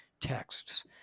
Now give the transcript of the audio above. Texts